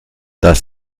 das